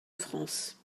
france